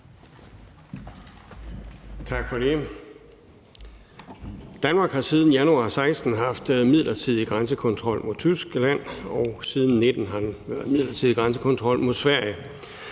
Tak for det. Danmark har siden januar 2016 haft midlertidig grænsekontrol mod Tyskland, og siden 2019 har der været midlertidig grænsekontrol mod Sverige.